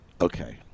okay